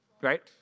right